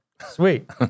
sweet